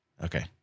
okay